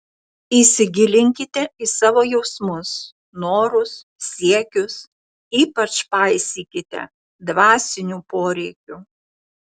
įsigilinkite į savo jausmus norus siekius ypač paisykite dvasinių poreikių